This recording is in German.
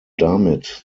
damit